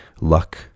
luck